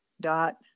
dot